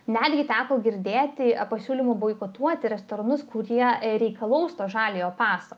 netgi teko girdėti pasiūlymų boikotuoti restoranus kurie reikalaus to žaliojo paso